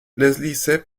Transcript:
leslie